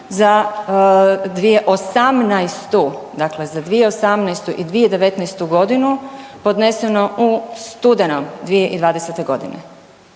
za 2018. i 2019.g. podneseno u studenom 2020.g.,